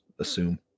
assume